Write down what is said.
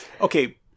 Okay